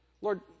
Lord